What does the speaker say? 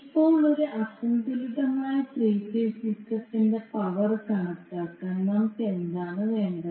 ഇപ്പോൾ ഒരു അസന്തുലിതമായ ത്രീ ഫേസ് സിസ്റ്റത്തിൽ പവർ കണക്കാക്കാൻ നമുക്ക് എന്താണ് വേണ്ടത്